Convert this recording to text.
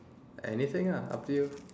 anything ah up to you